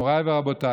מוריי ורבותיי,